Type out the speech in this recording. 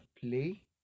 play